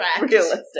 Realistic